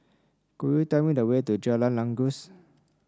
could you tell me the way to Jalan Janggus